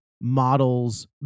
models